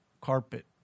carpet